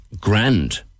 grand